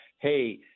hey